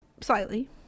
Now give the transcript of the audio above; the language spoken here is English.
Slightly